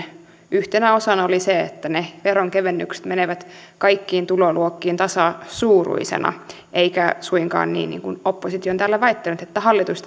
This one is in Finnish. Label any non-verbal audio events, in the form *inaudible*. yhtenä osana oli se että ne veronkevennykset menevät kaikkiin tuloluokkiin tasasuuruisina eikä suinkaan niin niin kuin oppositio on täällä väittänyt että hallitus *unintelligible*